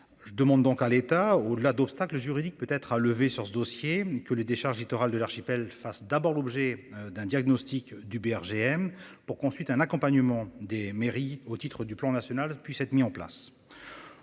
Je demande donc à l'État au-delà d'obstacle juridique peut être sera levé sur ce dossier que les décharges littoral de l'archipel face d'abord l'objet d'un diagnostic du BRGM pour qu'ensuite un accompagnement des mairies au titre du plan national puisse être mis en place.